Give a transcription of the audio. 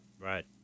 Right